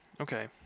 Okay